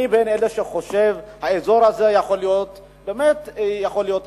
אני בין אלה שחושבים שהאזור הזה יכול באמת לשגשג,